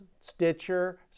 Stitcher